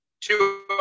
two